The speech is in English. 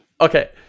Okay